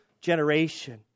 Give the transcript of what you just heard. generation